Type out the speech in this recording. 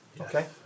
Okay